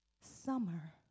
summer